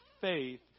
faith